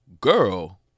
girl